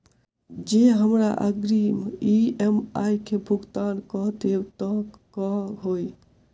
जँ हमरा अग्रिम ई.एम.आई केँ भुगतान करऽ देब तऽ कऽ होइ?